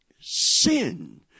sin